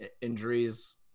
injuries